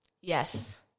Yes